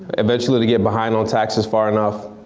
eventually they get behind on taxes far enough.